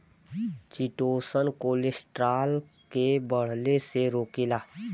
chitosan cholesterol के बढ़ले से रोकेला